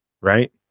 right